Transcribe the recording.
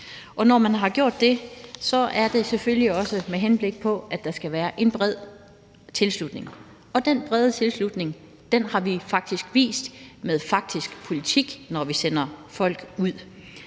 Og når man har gjort det, er det selvfølgelig også med henblik på, at der skal være en bred tilslutning, og den brede tilslutning har vi faktisk vist med faktisk politik, når vi sender folk ud.